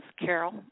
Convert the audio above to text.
Carol